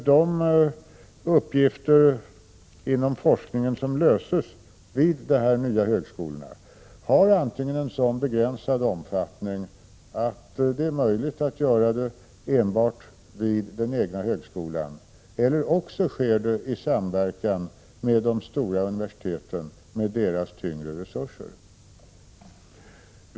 De problem inom forskningen som behandlas vid de nya högskolorna har antingen en sådan begränsad omfattning att det enbart är möjligt att behandla dem vid de egna högskolorna, eller också sker det i samverkan med de stora universiteten och de tyngre resurser som dessa har.